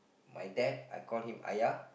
my dad I call him ayah